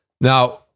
Now